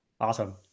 Awesome